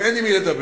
ואין עם מי לדבר.